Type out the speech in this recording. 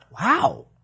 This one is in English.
Wow